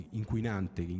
inquinante